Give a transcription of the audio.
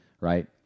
right